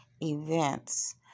events